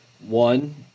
One